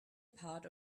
part